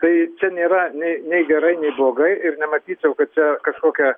tai čia nėra nei nei gerai nei blogai ir nematyčiau kad čia kažkokia